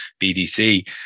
BDC